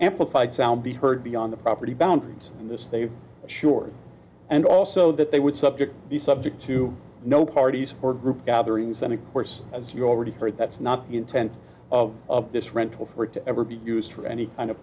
amplified sound be heard beyond the property boundaries in this they assured and also that they would subject the subject to no parties or group gatherings and of course as you've already heard that's not the intent of this rental for it to ever be used for any kind of